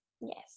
yes